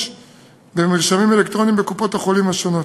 במרשמים אלקטרוניים בקופות-החולים השונות.